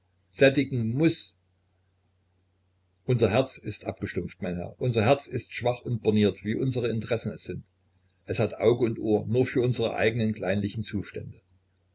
sättigen muß unser herz ist abgestumpft mein herr unser herz ist schwach und borniert wie unsere interessen es sind es hat auge und ohr nur für unsre eignen kleinlichen zustände